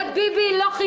"רק ביבי" זה לא חינוך.